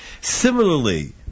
Similarly